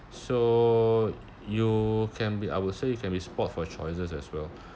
so you can be I will say you can be spoiled for choices as well